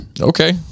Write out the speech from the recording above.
okay